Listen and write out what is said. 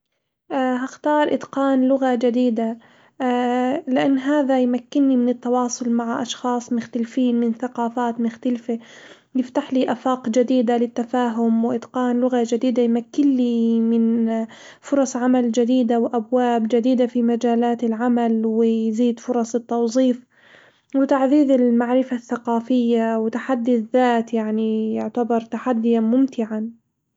هختار إتقان لغة جديدة، لإن هذا يمكنّي من التواصل مع أشخاص مختلفين من ثقافات مختلفة، يفتح لي آفاق جديدة للتفاهم وإتقان لغة جديدة يمكن لي من فرص عمل جديدة وأبواب جديدة في مجالات العمل ويزيد فرص التوظيف, وتعزيز المعرفة الثقافية وتحدي الذات يعني يعتبر تحديًا ممتعًا.